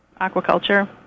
aquaculture